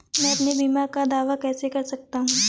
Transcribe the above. मैं अपने बीमा का दावा कैसे कर सकता हूँ?